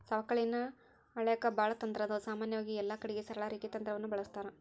ಸವಕಳಿಯನ್ನ ಅಳೆಕ ಬಾಳ ತಂತ್ರಾದವ, ಸಾಮಾನ್ಯವಾಗಿ ಎಲ್ಲಕಡಿಗೆ ಸರಳ ರೇಖೆ ತಂತ್ರವನ್ನ ಬಳಸ್ತಾರ